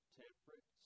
temperate